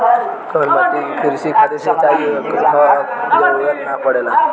कउना माटी में क़ृषि खातिर सिंचाई क जरूरत ना पड़ेला?